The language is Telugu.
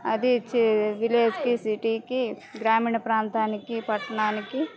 అది చె విలేజ్కి సిటీకి గ్రామీణ ప్రాంతానికి పట్నానికి